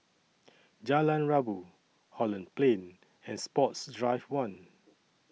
Jalan Rabu Holland Plain and Sports Drive one